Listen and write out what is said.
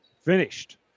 finished